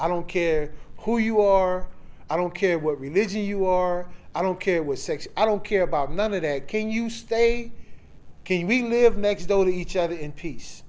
i don't care who you or i don't care what religion you are i don't care with sex i don't care about none of that can you stay can we live next though to each other in peace